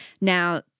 now